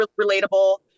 relatable